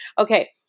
Okay